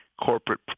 corporate